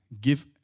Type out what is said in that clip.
Give